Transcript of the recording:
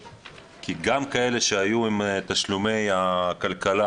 כי גם כאלה שהיו עם תשלומי הכלכלה,